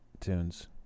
tunes